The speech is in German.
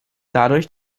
dadurch